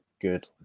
good